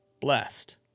blessed